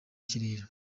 kirere